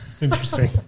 Interesting